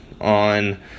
on